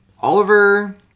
Oliver